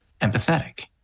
empathetic